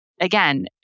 again